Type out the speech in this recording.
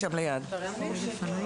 זו כנראה טעות סופר.